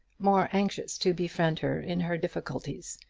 more anxious to befriend her in her difficulties,